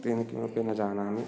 अन्यत् किमपि न जानामि